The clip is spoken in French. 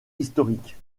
historiques